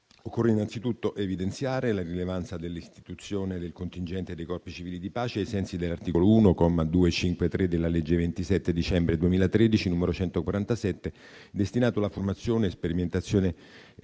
Occorre innanzitutto evidenziare la rilevanza dell'istituzione del contingente dei Corpi civili di pace ai sensi dell'articolo 1, comma 253, della legge 27 dicembre 2013, n. 147, destinato alla formazione e alla sperimentazione